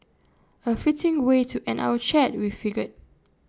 A fitting way to end our chat we figured